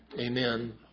Amen